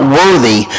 worthy